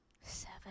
Seven